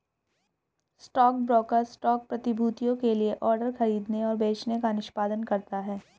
stockbroker stock प्रतिभूतियों के लिए ऑर्डर खरीदने और बेचने का निष्पादन करता है